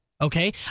okay